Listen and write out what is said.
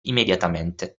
immediatamente